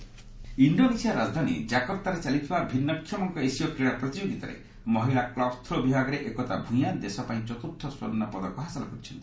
ପାରା games gold ଇଣ୍ଡୋନେସିଆର ରାଜଧାନୀ ଜାକର୍ତ୍ତାରେ ଚାଲିଥିବା ଭିନ୍ନକ୍ଷମଙ୍କ ଏସୀୟ କ୍ରୀଡ଼ା ପ୍ରତିଯୋଗିତାରେ ମହିଳା କ୍ଲବ ଥ୍ରୋ ବିଭାଗରେ ଏକତା ଭୂୟାଁ ଦେଶ ପାଇଁ ଚତୁର୍ଥ ସ୍ପର୍ଣ୍ଣପଦକ ହାସଲ କରିଛନ୍ତି